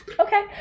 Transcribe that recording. Okay